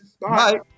Bye